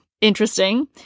interesting